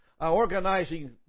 organizing